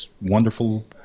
wonderful